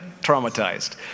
traumatized